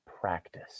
Practice